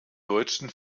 deutschen